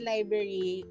Library